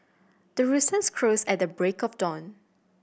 the roosters crows at the break of dawn